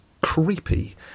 creepy